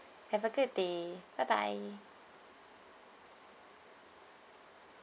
have a good bye bye bye